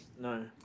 no